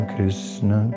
Krishna